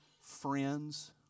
friends